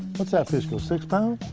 what's that fish go? six pounds?